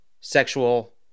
sexual